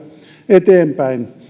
eteenpäin